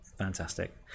fantastic